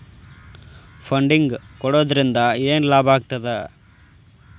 Funding ಕೊಡೊದ್ರಿಂದಾ ಏನ್ ಲಾಭಾಗ್ತದ?